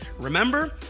Remember